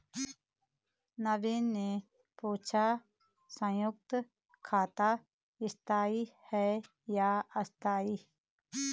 नवीन ने पूछा संयुक्त खाता स्थाई है या अस्थाई